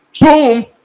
boom